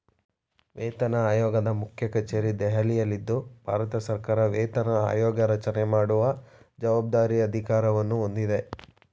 ವೇತನಆಯೋಗದ ಮುಖ್ಯಕಚೇರಿ ದೆಹಲಿಯಲ್ಲಿದ್ದು ಭಾರತಸರ್ಕಾರ ವೇತನ ಆಯೋಗರಚನೆ ಮಾಡುವ ಜವಾಬ್ದಾರಿ ಅಧಿಕಾರವನ್ನು ಹೊಂದಿದೆ